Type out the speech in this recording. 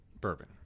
bourbon